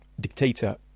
dictator